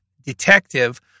detective